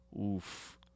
Oof